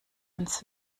ans